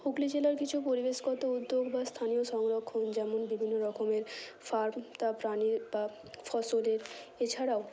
হুগলি জেলার কিছু পরিবেশগত উদ্যোগ বা স্থানীয় সংরক্ষণ যেমন বিভিন্ন রকমের ফার্ম তা প্রাণীর বা ফসলের এছাড়াও